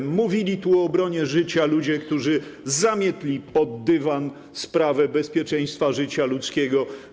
Mówili o obronie życie ludzie, którzy zamietli pod dywan sprawę bezpieczeństwa życia ludzkiego.